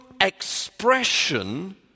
expression